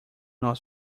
not